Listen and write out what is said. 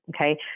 Okay